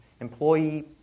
employee